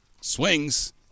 Swings